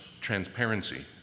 transparency